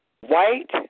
White